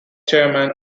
chairman